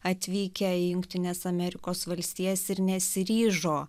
atvykę į jungtines amerikos valstijas ir nesiryžo